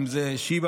אם זה שיבא,